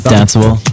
Danceable